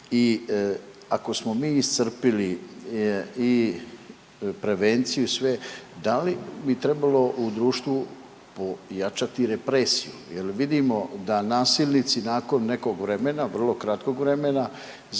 i ako smo mi iscrpili i prevenciju i sve da li bi trebalo u društvu pojačati represiju jel vidimo da nasilnici nakon nekog vremena, vrlo kratkog vremena